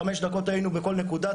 חמש דקות היינו בכל נקודה,